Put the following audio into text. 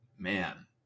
man